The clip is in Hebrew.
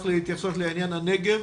לעניין הנגב